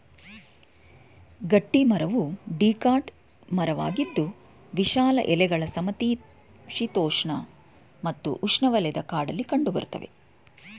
ಗಟ್ಟಿಮರವು ಡಿಕಾಟ್ ಮರವಾಗಿದ್ದು ವಿಶಾಲ ಎಲೆಗಳ ಸಮಶೀತೋಷ್ಣ ಮತ್ತು ಉಷ್ಣವಲಯದ ಕಾಡಲ್ಲಿ ಕಂಡುಬರ್ತವೆ